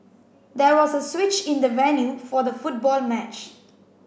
there was a switch in the venue for the football match